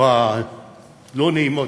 או הלא-נעימות,